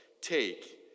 Take